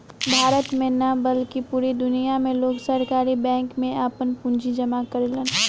भारत में ना बल्कि पूरा दुनिया में लोग सहकारी बैंक में आपन पूंजी जामा करेलन